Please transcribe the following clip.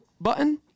button